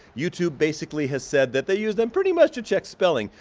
youtube basically has said that they use them pretty much to check spelling.